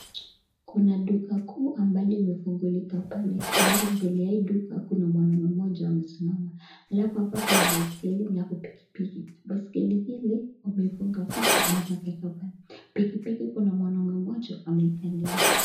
Kuna duka kuu ambalo imefungulika pale alafu mbele ya hii duka kuna mwanaume mmoja amesimama. Alafu hapa kuna baiskeli alafu pikipiki. Baiskeli hili wameifuga vitu alafu wakaieka pale. Pikipiki kuna mwanaume mmoja ameikalia.